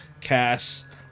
cast